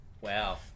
Wow